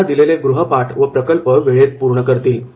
त्यांना दिलेले गृहपाठ व प्रकल्प वेळेत पूर्ण करतील